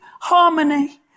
harmony